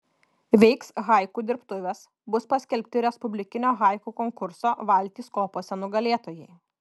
veiks haiku dirbtuvės bus paskelbti respublikinio haiku konkurso valtys kopose nugalėtojai